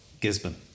Gisborne